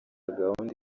gahunda